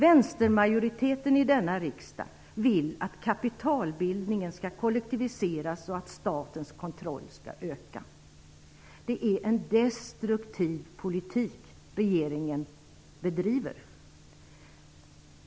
Vänstermajoriteten i denna riksdag vill att kapitalbildningen skall kollektiviseras och att statens roll skall öka. Det är en destruktiv politik regeringen bedriver.